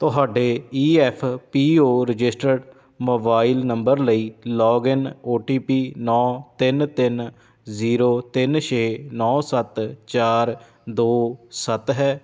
ਤੁਹਾਡੇ E F P O registered mobile number ਲਈ login O T P ਨੌ ਤਿੰਨ ਤਿੰਨ ਜ਼ੀਰੋ ਤਿੰਨ ਛੇ ਨੌ ਸੱਤ ਚਾਰ ਦੋ ਸੱਤ ਹੈ